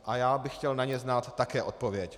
A já bych chtěl na ně znát také odpověď.